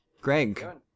Greg